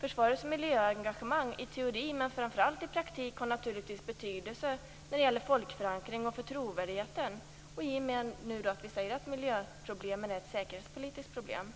Försvarets miljöengagemang, i teori men framför allt i praktik, har givetvis betydelse för folkförankringen och för trovärdigheten i och med att vi ser att miljöförstöringen är ett säkerhetspolitiskt problem.